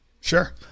Sure